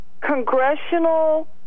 Congressional